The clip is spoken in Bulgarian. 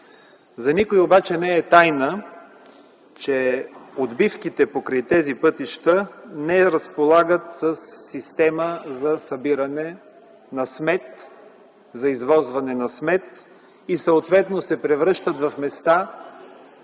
За никой обаче не е тайна, че отбивките покрай тези пътища не разполагат със система за събиране и извозване на смет, като се превръщат в места,